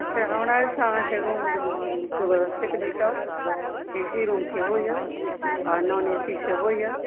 अच्छा हमरा ओहिठाम रूम व्यवस्थित भेटत ए सी रूम सेहो यऽ आ नॉन ए सी सेहो यऽ